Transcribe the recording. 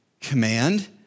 command